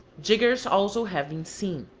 jiggers also have been seen.